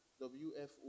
WFO